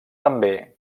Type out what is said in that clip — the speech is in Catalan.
també